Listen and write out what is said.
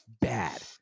bad